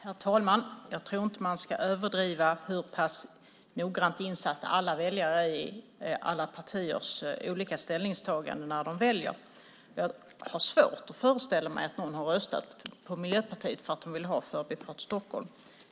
Herr talman! Man ska inte överdriva hur noggrant insatta alla väljare är i alla partiers olika ställningstaganden när de väljer. Jag har svårt att föreställa mig att någon har röstat på Miljöpartiet för att de vill ha Förbifart Stockholm.